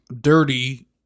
dirty